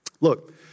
Look